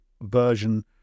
version